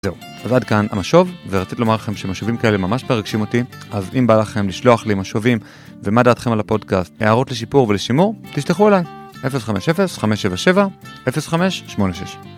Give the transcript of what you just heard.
זהו, ועד כאן המשוב, ורציתי לומר לכם שמשובים כאלה ממש מרגשים אותי, אז אם בא לכם לשלוח לי משובים ומה דעתכם על הפודקאסט, הערות לשיפור ולשימור, תשלחו אליי, 050-577-0586.